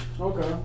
Okay